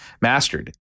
mastered